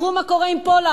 תראו מה קורה עם פולארד,